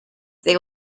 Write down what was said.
they